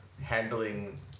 handling